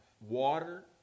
Water